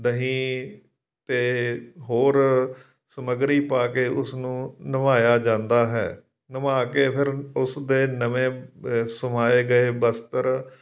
ਦਹੀਂ ਅਤੇ ਹੋਰ ਸਮੱਗਰੀ ਪਾ ਕੇ ਉਸਨੂੰ ਨਵਾਇਆ ਜਾਂਦਾ ਹੈ ਨਵਾ ਕੇ ਫਿਰ ਉਸਦੇ ਨਵੇਂ ਸਵਾਏ ਗਏ ਬਸਤਰ